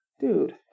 Dude